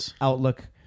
outlook